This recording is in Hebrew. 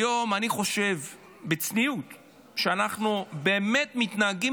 היום אני חושב בצניעות שאנחנו באמת מתנהגים